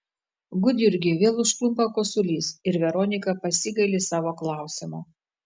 gudjurgį vėl užklumpa kosulys ir veronika pasigaili savo klausimo